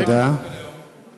למה אתה בעד חוק הלאום?